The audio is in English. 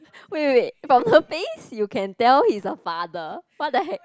wait wait wait from her face you can tell he's a father what the heck